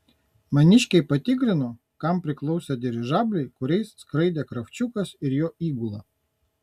maniškiai patikrino kam priklausė dirižabliai kuriais skraidė kravčiukas ir jo įgula